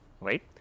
right